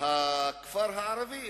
הכפר הערבי.